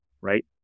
right